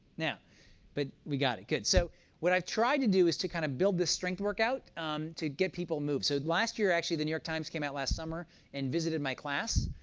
now but we got it. good. so what i've tried to do is to kind of build this strength workout um to get people to move. so last year, actually, the new york times came out last summer and visited my class,